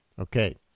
Okay